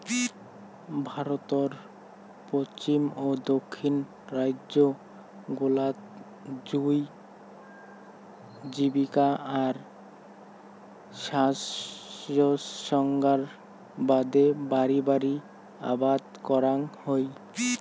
ভারতর পশ্চিম ও দক্ষিণ রাইজ্য গুলাত জুঁই জীবিকা আর সাজসজ্জার বাদে বাড়ি বাড়ি আবাদ করাং হই